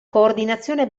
coordinazione